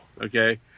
Okay